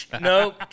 Nope